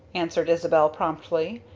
answered isabel promptly.